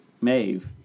Maeve